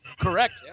correct